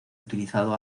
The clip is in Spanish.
utilizado